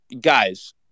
guys